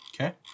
Okay